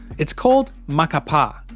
it's called macapa,